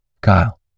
Kyle